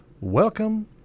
Welcome